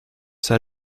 said